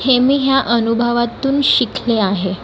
हे मी ह्या अनुभवातून शिकले आहे